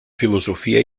filosofia